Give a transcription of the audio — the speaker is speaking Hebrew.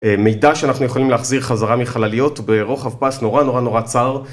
מידע שאנחנו יכולים להחזיר חזרה מחלליות ברוחב פס נורא נורא נורא צר.